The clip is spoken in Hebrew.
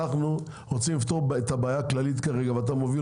אנחנו רוצים לפתור את הבעיה הכללית כרגע ואתה מוביל